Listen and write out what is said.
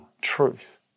truth